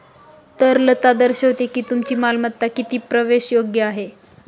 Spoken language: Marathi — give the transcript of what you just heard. तरलता दर्शवते की तुमची मालमत्ता किती प्रवेशयोग्य आहे